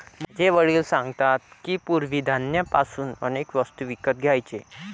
माझे वडील सांगतात की, पूर्वी धान्य पासून अनेक वस्तू विकत घ्यायचे